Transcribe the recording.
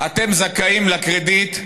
אתם זכאים לקרדיט.